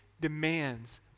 demands